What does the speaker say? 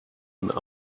and